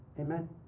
amen